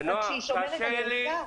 רק שהיא שומרת על ערכה.